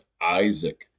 Isaac